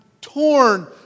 torn